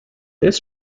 this